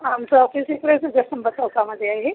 आमचं ऑफिस इकडेच जयस्तंभ चौकामध्ये आहे